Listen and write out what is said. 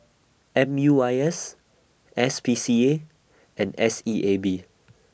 M U I S S P C A and S E A B